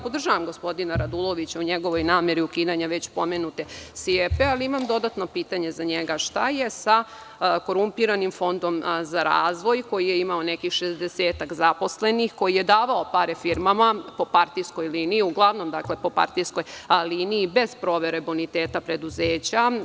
Podržavam gospodina Radulovića u njegovoj nameri ukidanja već pomenute SIEPA, ali imam dodatno pitanje za njega – šta je sa korumpiranim Fondom za razvoj, koji je imao 60-ak zaposlenih, koji je davao pare firmama uglavnom po partijskoj liniji, bez provere boniteta preduzeća?